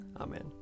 Amen